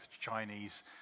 Chinese